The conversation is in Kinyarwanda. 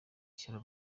ishyari